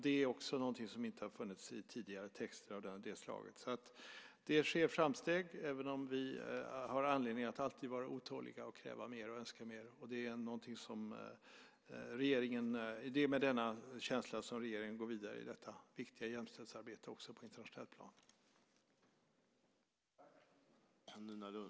Det är också något som inte har funnits i tidigare texter av det slaget. Det sker framsteg, även om vi har anledning att alltid vara otåliga samt kräva mer och önska mer. Det är med denna känsla som regeringen går vidare i detta viktiga jämställdhetsarbete också på internationellt plan.